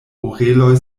oreloj